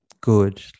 good